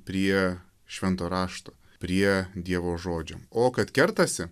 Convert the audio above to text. prie švento rašto prie dievo žodžių o kad kertasi